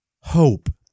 Hope